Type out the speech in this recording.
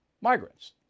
migrants